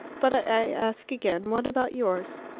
but i ask again, what about yours?